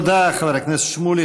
תודה לחבר הכנסת שמולי.